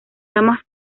ramas